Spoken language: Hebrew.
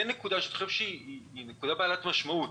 נקודה נוספת בעלת משמעות,